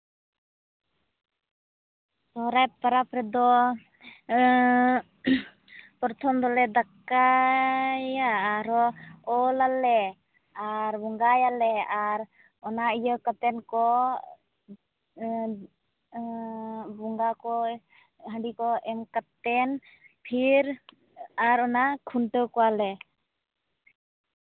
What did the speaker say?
ᱥᱚᱨᱦᱟᱭ ᱯᱟᱨᱟᱵᱽ ᱨᱮᱫᱚ ᱯᱨᱚᱛᱷᱚᱢ ᱫᱚᱞᱮ ᱫᱟᱠᱟᱭᱟ ᱟᱨᱦᱚᱸ ᱚᱞᱟᱞᱮ ᱟᱨ ᱵᱚᱸᱜᱟᱭᱟᱞᱮ ᱟᱨ ᱚᱱᱟ ᱤᱭᱟᱹ ᱠᱟᱛᱮᱱ ᱠᱚ ᱵᱚᱸᱜᱟ ᱠᱚ ᱦᱟᱺᱰᱤ ᱠᱚ ᱮᱢ ᱠᱟᱛᱮᱱ ᱯᱷᱤᱨ ᱟᱨ ᱚᱱᱟ ᱠᱷᱩᱱᱴᱟᱹᱣ ᱠᱚᱣᱟᱞᱮ